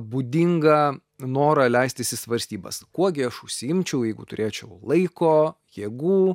būdingą norą leistis į svarstybas kuo gi aš užsiimčiau jeigu turėčiau laiko jėgų